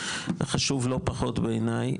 חשוב לא פחות בעיני,